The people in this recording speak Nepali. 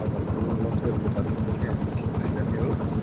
तपाईँहरूको लन्च गरेको बादमा फेरि हामी चित्रे जाने हो